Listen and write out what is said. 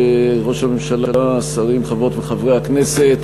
ראש הממשלה, שרים, חברות וחברי הכנסת,